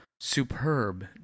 superb